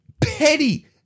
petty